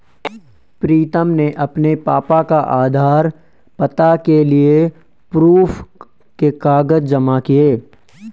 प्रीतम ने अपने पापा का आधार, पता के लिए प्रूफ के कागज जमा किए